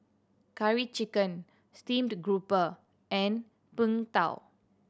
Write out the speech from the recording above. Curry Chicken steamed grouper and Png Tao